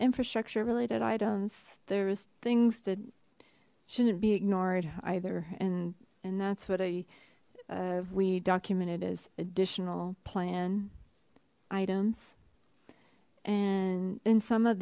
infrastructure related items there's things that shouldn't be ignored either and and that's what i uh we documented as additional plan items and and some of